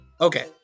Okay